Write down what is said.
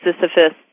sisyphus